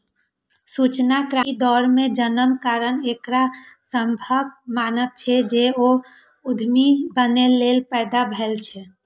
सूचना क्रांतिक दौर मे जन्मक कारण एकरा सभक मानब छै, जे ओ उद्यमी बनैए लेल पैदा भेल छै